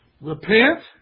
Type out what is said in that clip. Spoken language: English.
repent